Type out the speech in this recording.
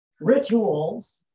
rituals